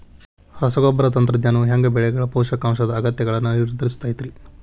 ರಸಗೊಬ್ಬರ ತಂತ್ರಜ್ಞಾನವು ಹ್ಯಾಂಗ ಬೆಳೆಗಳ ಪೋಷಕಾಂಶದ ಅಗತ್ಯಗಳನ್ನ ನಿರ್ಧರಿಸುತೈತ್ರಿ?